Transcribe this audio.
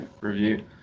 review